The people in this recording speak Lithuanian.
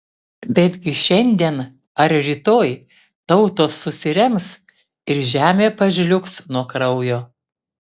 betgi šiandien ar rytoj tautos susirems ir žemė pažliugs nuo kraujo